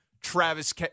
Travis